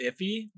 iffy